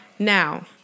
Now